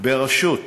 בראשות